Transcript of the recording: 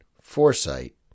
foresight